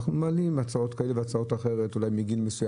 אנחנו מעלים הצעות כאלה ואחרות, אולי מגיל מסוים.